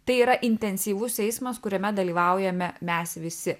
tai yra intensyvus eismas kuriame dalyvaujame mes visi